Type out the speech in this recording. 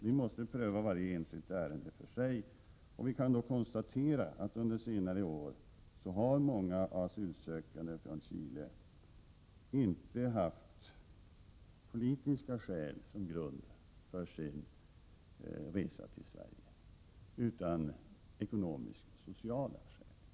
Vi måste pröva varje enskilt ärende för sig, och vi kan då konstatera att många asylsökande från Chile under senare år inte haft politiska skäl som grund för sin resa till Sverige utan ekonomisk-sociala skäl.